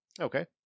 Okay